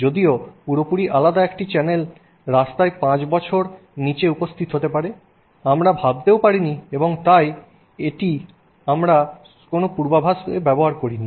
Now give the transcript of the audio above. যদিও পুরোপুরি আলাদা একটি চ্যানেল রাস্তায় 5 বছর নীচে উপস্থিত হতে পারে আমরা ভাবতেও পারিনি এবং তাই আমরা ওটি কে আমাদের কোন পূর্বাভাসে ব্যবহার করিনি